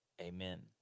Amen